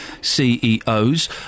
CEOs